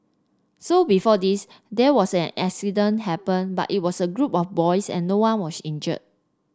so before this there was an accident happened but it was a group of boys and no one was injured